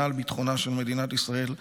על ביטחונם של מדינת ישראל ואזרחיה,